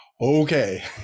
okay